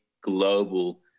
global